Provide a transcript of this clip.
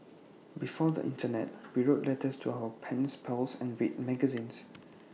before the Internet we wrote letters to our pen pals and read magazines